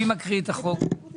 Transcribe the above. מי מקריא את החוק?